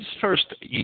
first